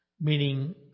Meaning